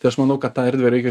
tai aš manau kad tą erdvę reikia